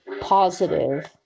positive